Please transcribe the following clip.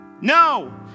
No